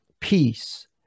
peace